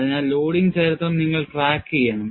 അതിനാൽ ലോഡിംഗ് ചരിത്രം നിങ്ങൾ ട്രാക്ക് ചെയ്യണം